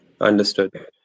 Understood